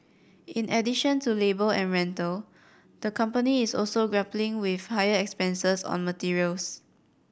in addition to labour and rental the company is also grappling with higher expenses on materials